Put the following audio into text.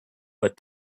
but